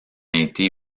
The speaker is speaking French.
été